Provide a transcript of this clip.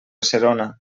serona